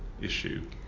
issue